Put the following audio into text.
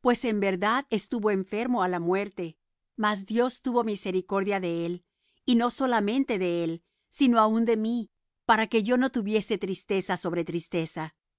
pues en verdad estuvo enfermo á la muerte mas dios tuvo misericordia de él y no solamente de él sino aun de mí para que yo no tuviese tristeza sobre tristeza